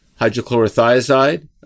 hydrochlorothiazide